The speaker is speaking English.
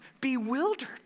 bewildered